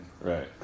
Right